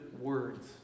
words